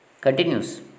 continues